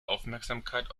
aufmerksamkeit